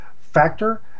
factor